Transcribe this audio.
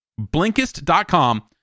Blinkist.com